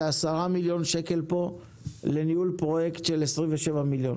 זה 10 מיליון שקל לניהול פרויקט של 27 מיליון.